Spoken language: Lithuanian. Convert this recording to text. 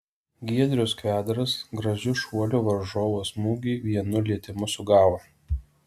giedrius kvedaras gražiu šuoliu varžovo smūgį vienu lietimu sugavo